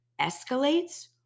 escalates